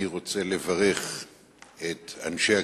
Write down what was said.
אני רוצה לברך את אנשי הקיבוצים,